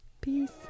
peace